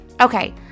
Okay